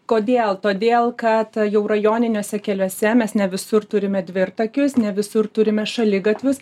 kodėl todėl kad jau rajoniniuose keliuose mes ne visur turime dvirtakius ne visur turime šaligatvius